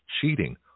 cheating